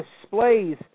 displays